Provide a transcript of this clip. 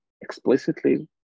explicitly